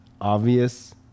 obvious